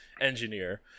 engineer